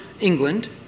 England